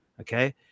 Okay